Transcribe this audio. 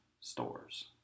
stores